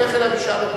לך אליו ושאל אותו.